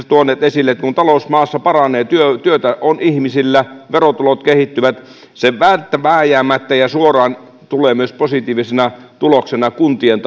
tuoneet esille kun talous maassa paranee työtä työtä on ihmisillä verotulot kehittyvät se vääjäämättä ja suoraan tulee myös positiivisena tuloksena kuntien